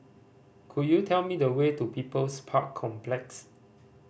could you tell me the way to People's Park Complex